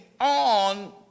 on